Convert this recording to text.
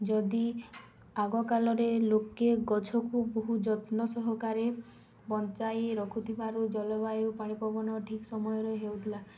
ଯଦି ଆଗକାଳରେ ଲୋକେ ଗଛକୁ ବହୁ ଯତ୍ନ ସହକାରେ ବଞ୍ଚାଇ ରଖୁଥିବାରୁ ଜଳବାୟୁ ପାଣିପବନ ଠିକ୍ ସମୟରେ ହେଉଥିଲା